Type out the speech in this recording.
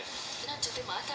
MPMC ಎಂದರೇನು?